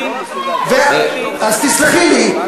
אתה משקר, אז תסלחי לי.